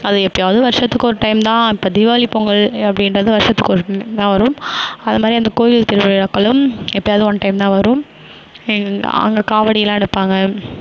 அது எப்போயாவது வருடத்துக்கு ஒரு டைம் தான் இப்போ தீபாவளி பொங்கல் அப்படீன்றது வருடத்துக்கு ஒரு வரும் அதுமாதிரி அந்த கோவில் திருவிழாக்களும் எப்போயாவது ஒன் டைம் தான் வரும் அங்கே காவடிலாம் எடுப்பாங்க